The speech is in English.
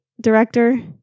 director